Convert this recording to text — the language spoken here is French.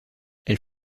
elle